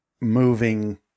moving